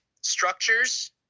structures